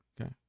Okay